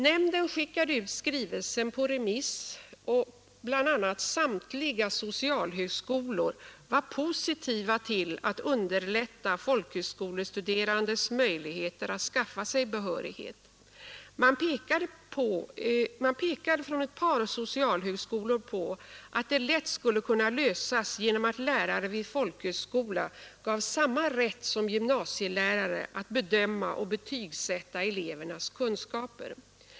Nämnden skickade ut skrivelsen på remiss, och bl.a. samtliga socialhögskolor var positiva till att underlätta folkhögskolestuderandes möjlighet att skaffa sig behörighet. Man pekade från ett par socialhögskolor på att det lätt skulle kunna lösas genom att lärare vid folkhögskola gavs samma rätt som gymnasielärare att bedöma och betygsätta elevernas kunskaper.